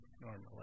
normally